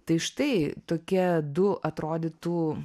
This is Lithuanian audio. tai štai tokie du atrodytų